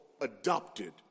adopted